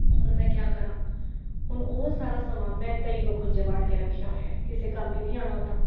ਹੁਣ ਮੈਂ ਕਿਆ ਕਰਾਂ ਹੁਣ ਉਹ ਸਾਰਾ ਸਮਾਨ ਮੈਂ ਏਦਾਂ ਹੀ ਉਹ ਖੁੰਜੇ ਵਾੜ ਕੇ ਰੱਖਿਆ ਹੋਇਆ ਹੈ ਕਿਸੇ ਕੰਮ ਹੀ ਨਹੀਂ ਆਉਣਾ ਉਹ ਤਾਂ